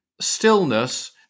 stillness